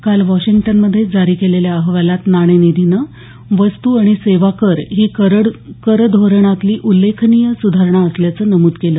काल वॉशिंग्टनमध्ये जारी केलेल्या अहवालात नाणेनिधीनं वस्तू आणि सेवा कर ही करधोरणातली उल्लेखनीय सुधारणा असल्याचं नमूद केलं